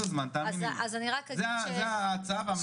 הזמן תאמיני לי זה ההצעה וההמלצה שלי.